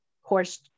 horse